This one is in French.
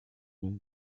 mains